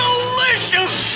Delicious